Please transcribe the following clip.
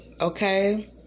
okay